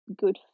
good